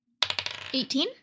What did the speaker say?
18